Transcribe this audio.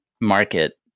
market